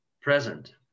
present